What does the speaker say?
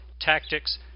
tactics